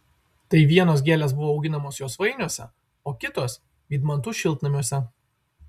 tai vienos gėlės buvo auginamos josvainiuose o kitos vydmantų šiltnamiuose